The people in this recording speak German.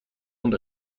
und